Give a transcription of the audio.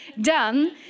done